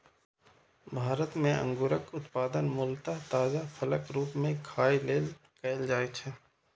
भारत मे अंगूरक उत्पादन मूलतः ताजा फलक रूप मे खाय लेल कैल जाइ छै